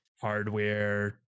hardware